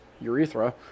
urethra